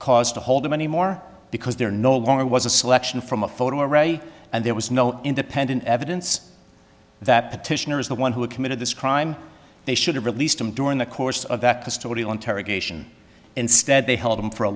cause to hold them anymore because they're no longer was a selection from a photo array and there was no independent evidence that petitioner is the one who committed this crime they should have released him during the course of that custodial interrogation instead they held him for a